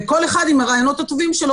וכל אחד עם הרעיונות הטובים שלו.